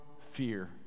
fear